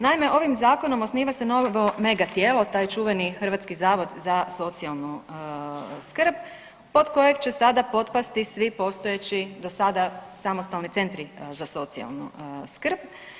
Naime ovim Zakonom osniva se novo megatijelo, taj čuveni Hrvatski zavod za socijalnu skrb pod kojeg će sada potpasti svi postojeći do sada samostalni centri za socijalnu skrb.